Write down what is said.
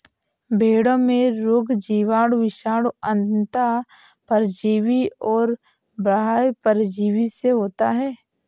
भेंड़ों में रोग जीवाणु, विषाणु, अन्तः परजीवी और बाह्य परजीवी से होता है